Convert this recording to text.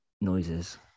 noises